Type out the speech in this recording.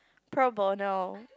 pro bono